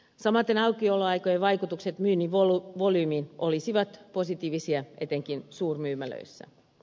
samaten aukioloaikojen vaikutukset myynnin volyymiin olisivat positiivisia etenkin suurmyymälöissä